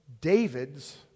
David's